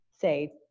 say